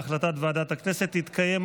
חברת הכנסת בן ארי, נא לשמור על ריכוז.